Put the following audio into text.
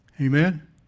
Amen